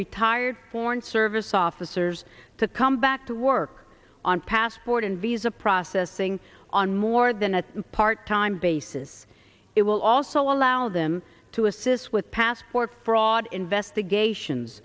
retired foreign service officers to come back to work on passport and visa processing on more than a part time basis it will also allow them to assist with passport fraud investigations